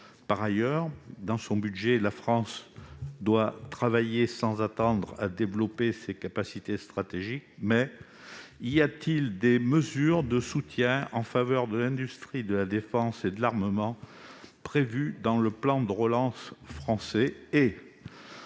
Par ailleurs, dans le cadre de son budget, la France doit travailler sans attendre à développer ses capacités stratégiques. Des mesures de soutien en faveur de l'industrie de la défense et de l'armement sont-elles prévues dans le plan de relance français ?